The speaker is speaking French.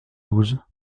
douze